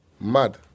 Mad